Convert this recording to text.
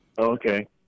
Okay